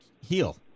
heal